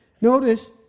Notice